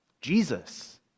Jesus